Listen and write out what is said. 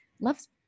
loves